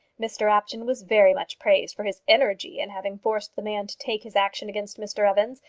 mr apjohn was very much praised for his energy in having forced the man to take his action against mr evans,